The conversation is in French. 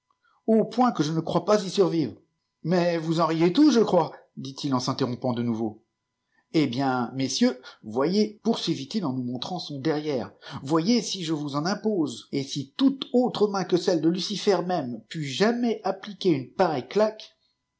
au point que je ne crois pas y survivre mais vous en riez tous je crois dit-il en s interrompant de nouveau eh bien messieurs voyez poursuivit-il en monirant son derrière voyez si je vous en impose et si toute autre main que celle de lucifer même put jamais appliquer une pareille claque